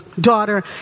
daughter